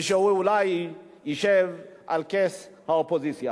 ושהוא אולי ישב על כס האופוזיציה.